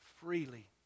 freely